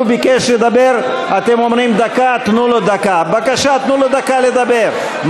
הוא ביקש לדבר, אתם אומרים דקה, תנו לו דקה לדבר.